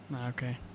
Okay